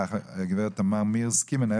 הגברת תמר מירסקי ממשרד הכלכלה והתעשייה,